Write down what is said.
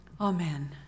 Amen